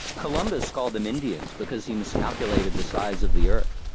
columbus called them indians, because he miscalculated the size of the earth.